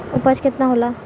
उपज केतना होला?